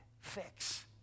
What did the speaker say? fix